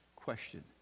question